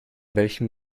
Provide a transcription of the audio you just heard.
welchem